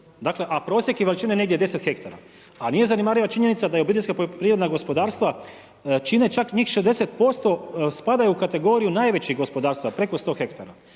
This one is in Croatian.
Dakle, a prosjek je veličine negdje 10 hektara, a nije zanemariva činjenica da OPG-ovi čine čak njih 60%, spadaju u kategoriju najvećih gospodarstava preko 100 hektara.